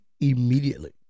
immediately